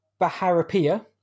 Baharapia